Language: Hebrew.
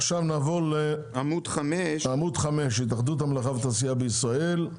עכשיו נעבור לעמוד 5: התאחדות המלאכה והתעשייה בישראל.